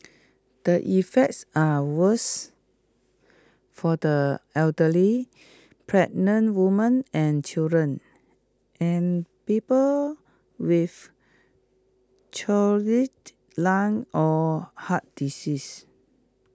the effects are worse for the elderly pregnant woman and children and people with chronic lung or heart disease